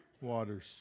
waters